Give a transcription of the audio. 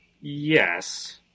Yes